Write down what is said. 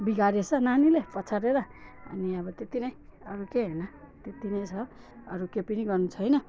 बिगारे छ नानीले पछारेर अनि अब त्यति नै अरू केही होइन त्यति नै छ अरू के पनि गर्नु छैन